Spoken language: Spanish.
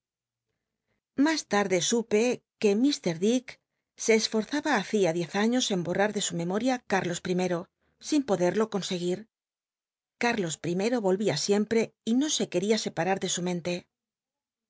mas tarde supe que m dick se csfozalja hacia diez aííos en borrar de su memoria cárlos i sin poderlo conseguir cárlos i volvia sim y no se queria scpa ar de su mente